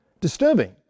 disturbing